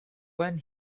when